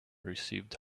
received